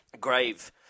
grave